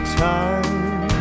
time